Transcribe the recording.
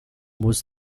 was